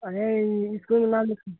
अरे इस्कूल में नाम लिखा